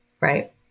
Right